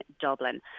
Dublin